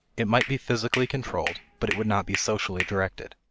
it might be physically controlled, but it would not be socially directed.